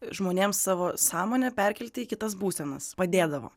žmonėms savo sąmonę perkelti į kitas būsenas padėdavo